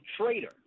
traitor